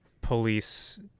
police